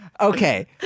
Okay